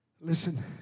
Listen